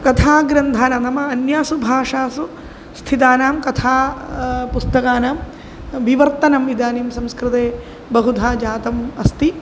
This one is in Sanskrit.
कथाग्रन्थानां नाम अन्यासु भाषासु स्थितानां कथा पुस्तकानां विवर्तनम् इदानीं संस्कृते बहुधा जातम् अस्ति